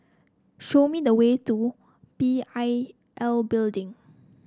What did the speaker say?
show me the way to P I L Building